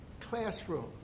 classroom